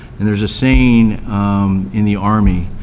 and there's a saying in the army.